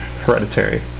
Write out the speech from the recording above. Hereditary